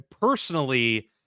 personally